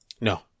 No